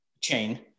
chain